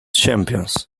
champions